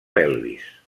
pelvis